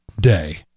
day